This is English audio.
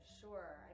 sure